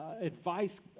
advice